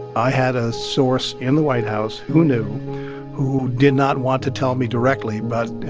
i had a source in the white house who knew who did not want to tell me directly but,